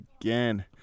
again